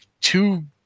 two